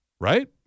Right